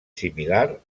similar